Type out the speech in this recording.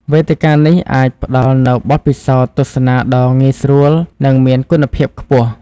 វេទិកានេះអាចផ្តល់នូវបទពិសោធន៍ទស្សនាដ៏ងាយស្រួលនិងមានគុណភាពខ្ពស់។